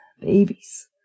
babies